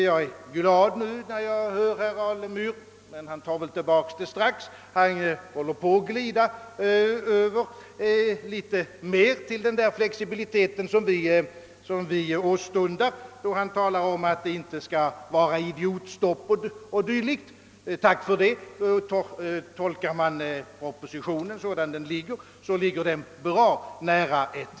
Jag är glad att höra, att herr Alemyr — även om han kanske strax tar tillbaka det igen — nu är på väg att glida över något mer mot en sådan flexibilitet, som vi åstundar, genom sitt tal om att »idiotstopp» inte skall förekomma. Tack för det! Vid en tolkning av propositionen såsom den är utformad ligger möjligheten av »idiotstopp» bra nära till hands.